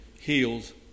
heals